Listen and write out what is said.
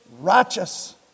righteous